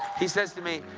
he said to me,